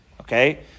Okay